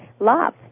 love